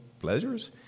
pleasures